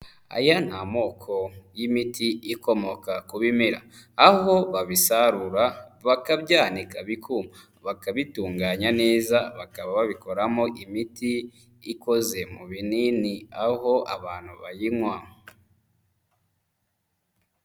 Aya ni amoko y'imiti ikomoka ku bimera, aho babisarura bakabyanika bikuma, bakabitunganya neza bakaba babikoramo imiti ikoze mu binini, aho abantu bayinywa.